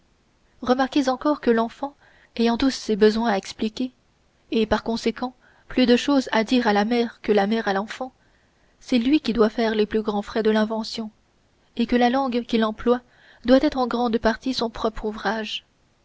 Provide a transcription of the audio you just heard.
remarquez encore que l'enfant ayant tous ses besoins à expliquer et par conséquent plus de choses à dire à la mère que la mère à l'enfant c'est lui qui doit faire les plus grands frais de l'invention et que la langue qu'il emploie doit être en grande partie son propre ouvrage